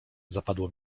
zapadło